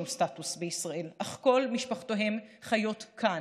סטטוס בישראל אך כל משפחותיהם חיות כאן.